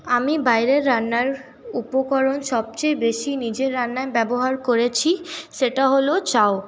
আমি বাইরের রান্নার উপকরণ সবচেয়ে বেশি নিজের রান্নায় ব্যবহার করেছি সেটা হলো চাউ